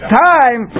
time